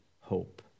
hope